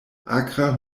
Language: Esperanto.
akra